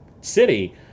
city